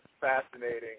fascinating